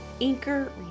Anchor